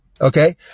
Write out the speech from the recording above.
Okay